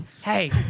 Hey